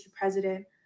president